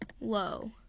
low